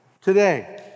today